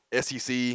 SEC